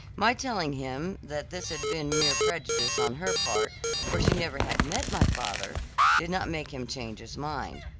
my telling him that this had been mere prejudice on her part for she never had met my father did not make him change his mind.